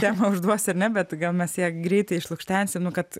temą užduosiu ar ne bet gal mes ją greitai išlukštensim kad